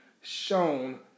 shown